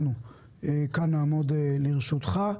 אנחנו כאן נעמוד לרשותך.